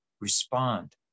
respond